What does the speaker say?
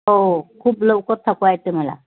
हो हो खूप लवकर थकवा येते मला